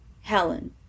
Helen